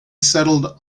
settled